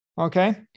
okay